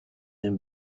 him